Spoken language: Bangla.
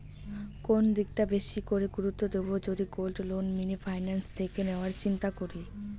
কোন দিকটা বেশি করে গুরুত্ব দেব যদি গোল্ড লোন মিনি ফাইন্যান্স থেকে নেওয়ার চিন্তা করি?